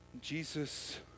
Jesus